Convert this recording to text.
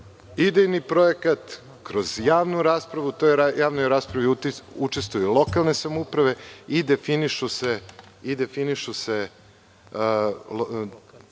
idejni projekat, kroz javnu raspravu. U toj javnoj raspravi učestvuju lokalne samouprave i definišu se